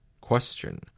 Question